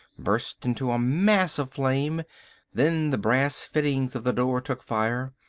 burst into a mass of flame then the brass fittings of the door took fire,